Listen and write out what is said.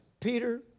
Peter